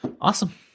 Awesome